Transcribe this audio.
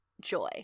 joy